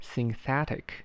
Synthetic